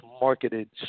marketed